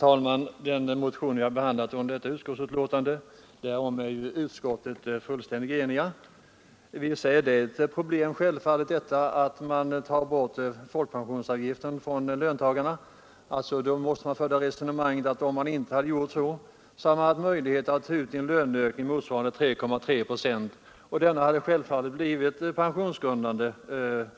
Herr talman! Utskottet var fullständigt enigt vid behandlingen av motionen i detta betänkande. Det utgör självfallet ett problem att löntagarna inte behöver betala någon folkpensionsavgift. Denna borttagna avgift motsvarar en utebliven löneökning på 3,3 procent som skulle ha blivit pensionsgrundande.